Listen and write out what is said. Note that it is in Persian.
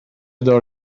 دار